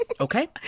Okay